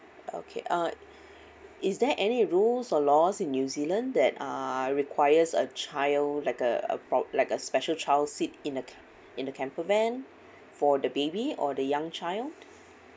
okay uh is there any rules or laws in new zealand that uh requires a child like a for like a special child seat in the ca~ in the camper van for the baby or the young child